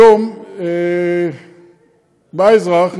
היום בא אזרח,